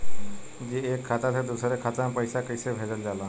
जी एक खाता से दूसर खाता में पैसा कइसे भेजल जाला?